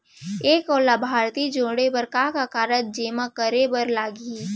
एक अऊ लाभार्थी जोड़े बर का का कागज जेमा करे बर लागही?